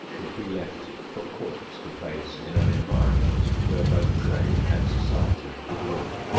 would be left for courts to place in an environment where both they and society could live.